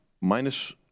minus